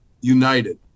united